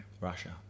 Russia